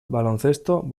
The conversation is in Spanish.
baloncesto